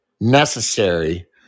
necessary